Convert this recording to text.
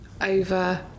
over